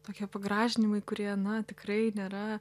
tokie pagražinimai kurie na tikrai nėra